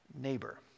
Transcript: neighbor